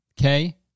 Okay